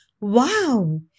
Wow